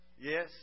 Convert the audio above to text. Yes